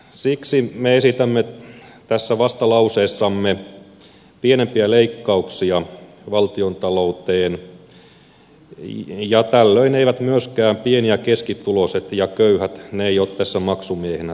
siksi me esitämme tässä vastalauseessamme pienempiä leikkauksia valtiontalouteen ja tällöin myöskään eivät pieni ja keskituloiset ja köyhät ole tässä maksumiehinä